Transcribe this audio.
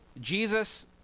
Jesus